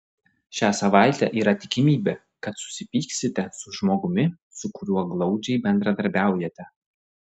šią savaitę yra tikimybė kad susipyksite su žmogumi su kuriuo glaudžiai bendradarbiaujate